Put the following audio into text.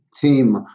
team